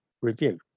review